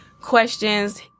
questions